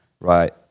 right